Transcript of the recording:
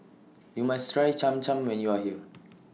YOU must Try Cham Cham when YOU Are here